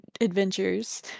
adventures